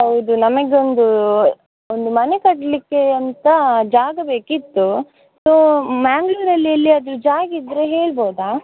ಹೌದು ನಮಗೆ ಒಂದು ಒಂದು ಮನೆ ಕಟ್ಟಲಿಕ್ಕೆ ಅಂತ ಜಾಗ ಬೇಕಿತ್ತು ಸೊ ಮಂಗ್ಳೂರಲ್ಲಿ ಎಲ್ಲಿಯಾದರೂ ಜಾಗ ಇದ್ದರೆ ಹೇಳ್ಬೌದ